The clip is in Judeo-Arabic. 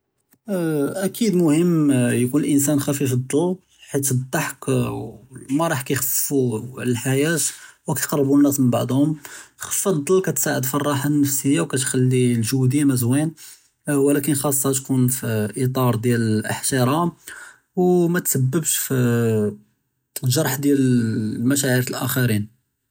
אה אַקִיד אֶלְמֻהִימּ יְקוּן אֶלְאִנְסָאן חָפִיף אֶלְדַּל חֵית אֶלְדַּחِك וְאֶלְמַרַח כּיַכְפַּפוּ אֶלְחַיַاة וְכּיַקְרְבוּ אֶנַּאס מִן בַּעְדְהוּם, חִפְּת אֶלְדַּל כּתְעַוֵּן פִּי אֶלְרָחַה אֶלְנַפְסִיָּה וּכּתְחַלִּי אֶלְגּ'וּ דִּימַא זְוִין וּלָקִין חַאסְּהּ תְּקוּן פִּי אִטָּאר דִּיַאל אֶלְאֶחְתִרָאם וּמַתְסַבַּבְּש פִּי אַה הֶלְגֶ'רַח דִּיַאל מַשָּׁاعִיר אֶלְאַחַרִין.